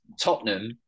Tottenham